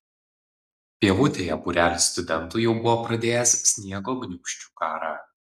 pievutėje būrelis studentų jau buvo pradėjęs sniego gniūžčių karą